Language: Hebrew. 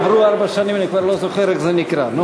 עברו ארבע שנים ואני כבר לא זוכר איך זה נקרא.